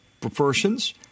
proportions